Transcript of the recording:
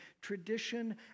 tradition